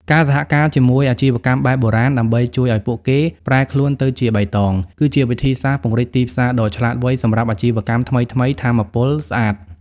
ការសហការជាមួយ "អាជីវកម្មបែបបុរាណ" ដើម្បីជួយឱ្យពួកគេប្រែខ្លួនទៅជាបៃតង គឺជាវិធីសាស្ត្រពង្រីកទីផ្សារដ៏ឆ្លាតវៃសម្រាប់អាជីវកម្មថ្មីៗ ថាមពលស្អាត។